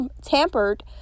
tampered